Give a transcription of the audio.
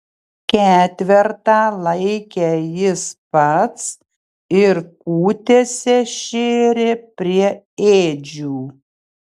ketvertą laikė jis pats ir kūtėse šėrė prie ėdžių